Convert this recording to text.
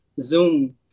Zoom